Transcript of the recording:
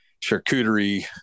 charcuterie